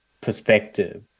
perspective